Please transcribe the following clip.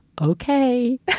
okay